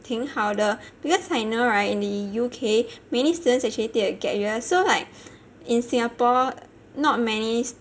挺好的 because I know [right] in the U_K many students actually take a gap year so like in Singapore not many